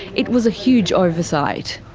it was a huge oversight.